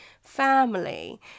family